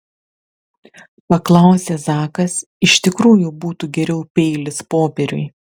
paklausė zakas iš tikrųjų būtų geriau peilis popieriui